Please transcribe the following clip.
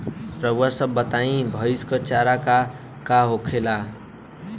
रउआ सभ बताई भईस क चारा का का होखेला?